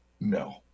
No